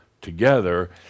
together